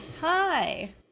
Hi